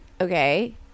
Okay